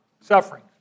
suffering